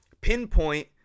pinpoint